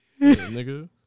nigga